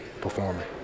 performing